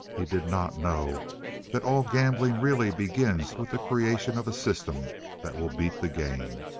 he did not know that all gambling really begins with the creation of a system that will beat the game.